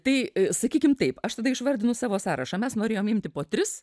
tai sakykim taip aš tada išvardinu savo sąrašą mes norėjom imti po tris